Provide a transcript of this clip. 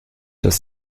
dass